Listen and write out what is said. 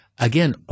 Again